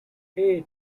hair